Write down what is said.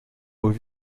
aux